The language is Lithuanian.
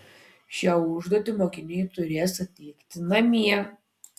šią užduotį mokiniai turės atlikti namie